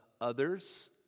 others